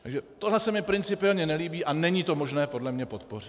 Takže tohle se mi principiálně nelíbí a není to možné podle mě podpořit.